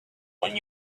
when